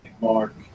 Mark